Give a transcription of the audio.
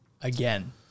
again